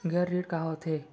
गैर ऋण का होथे?